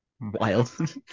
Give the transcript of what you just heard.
Wild